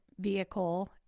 Vehicle